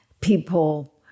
people